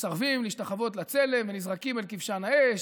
שמסרבים להשתחוות לצלם ונזרקים אל כבשן האש,